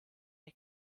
der